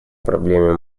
проблеме